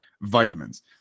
vitamins